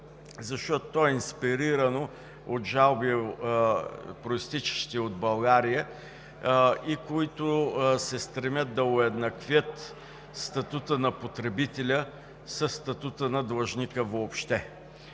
защото то е инспирирано от жалби, произтичащи от България и които се стремят да уеднаквят статута на потребителя със статута на длъжника въобще.